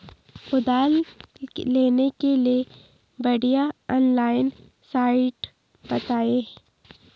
कुदाल लेने के लिए बढ़िया ऑनलाइन साइट बतायें?